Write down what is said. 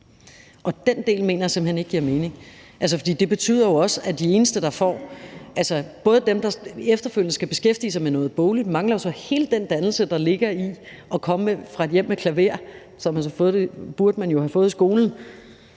og det mener jeg simpelt hen ikke giver mening. Det betyder jo også, at nogle af dem, der efterfølgende skal beskæftige sig med noget bogligt, så ikke har hele den dannelse, der ligger i at komme fra et hjem med klaver. Man burde jo have fået den